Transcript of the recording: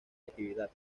actividad